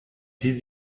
did